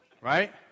Right